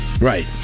Right